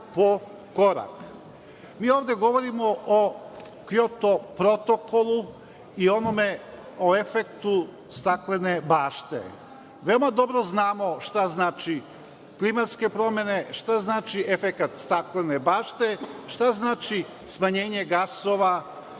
ovde govorimo o Kjoto protokolu i o efektu staklene bašte. Veoma dobro znamo šta znače klimatske promene, šta znači efekat staklene bašte, šta znači smanjenje gasova